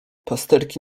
pasterki